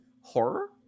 horror